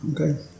okay